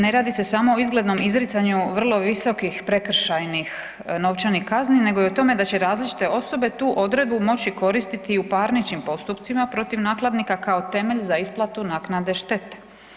Ne radi se samo o izglednom izricanju vrlo visokih prekršajnih novčanih kazni, nego i o tome da će različite osobe tu odredbu moći koristiti i u parničnim postupcima protiv nakladnika kao temelj za isplatu naknadu štete.